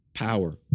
power